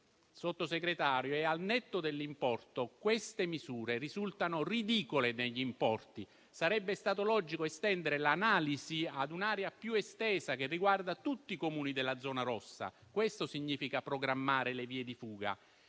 Sottosegretario, al netto dell'importo, queste misure risultano ridicole. Sarebbe stato logico estendere l'analisi ad un'area più estesa che riguarda tutti i Comuni della zona rossa: questo significa programmare le vie di fuga.